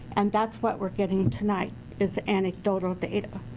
and that's what we're getting tonight is anecdotal data.